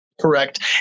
Correct